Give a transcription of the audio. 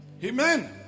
Amen